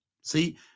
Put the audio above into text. See